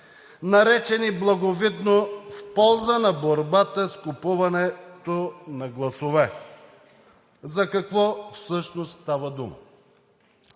наречени благовидно „в полза на борбата с купуването на гласове“. За какво всъщност става дума?